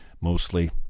mostly